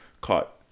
caught